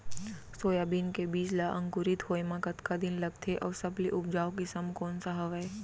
Soybean के बीज ला अंकुरित होय म कतका दिन लगथे, अऊ सबले उपजाऊ किसम कोन सा हवये?